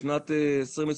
בשנת 2023,